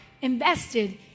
invested